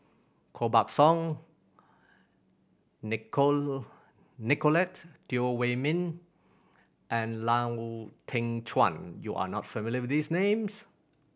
Koh Buck Song Nicolette Teo Wei Min and Lau Teng Chuan you are not familiar with these names